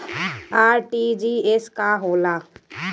RTGS का होला?